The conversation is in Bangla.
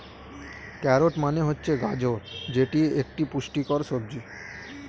ক্যারোট মানে হচ্ছে গাজর যেটি একটি পুষ্টিকর সবজি